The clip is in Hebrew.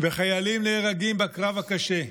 חיילים נהרגים בקרב הקשה,